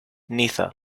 niza